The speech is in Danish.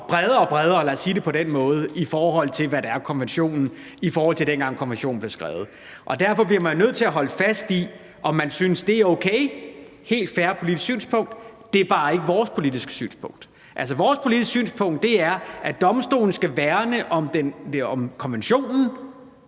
på den måde – i forhold til dengang konventionen blev skrevet. Derfor bliver man nødt til at holde fast i at forholde sig til, om man synes, det er okay. Det er et helt fair politisk synspunkt; det er bare ikke vores politiske synspunkt. Altså, vores politiske synspunkt er, at domstolen skal værne om konventionen,